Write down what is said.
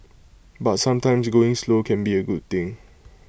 but sometimes going slow can be A good thing